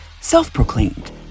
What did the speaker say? self-proclaimed